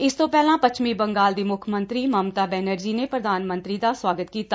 ਇਸ ਤੋਂ ਪਹਿਲਾਂ ਪੱਛਮੀ ਬੰਗਾਲ ਦੀ ਮੁੱਖ ਮੰਤਰੀ ਮਮਤਾ ਬੈਨਰਜੀ ਨੇ ਪ੍ਰਧਾਨ ਮੰਤਰੀ ਦਾ ਸੁਆਗਤ ਕੀਤਾ